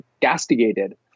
castigated